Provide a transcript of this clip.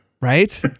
Right